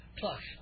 plus